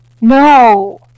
No